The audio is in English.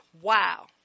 Wow